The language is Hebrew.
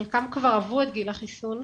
חלקם כבר עברו את גיל החיסון.